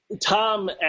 tom